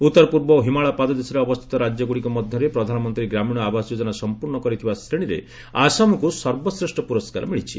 ଉତ୍ତରପୂର୍ବ ଓ ହିମାଳୟ ପାଦଦେଶରେ ଅବସ୍ଥିତ ରାଜ୍ୟଗୁଡିକ ମଧ୍ୟରେ ପ୍ରଧାନମନ୍ତ୍ରୀ ଗ୍ରାମୀଣ ଆବାସ ଯୋଜନା ସମ୍ପୂର୍ଣ୍ଣ କରିଥିବା ଶ୍ରେଣୀରେ ଆସାମକୁ ସର୍ବଶ୍ରେଷ୍ଠ ପୁରସ୍କାର ମିଳିଛି